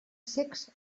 cecs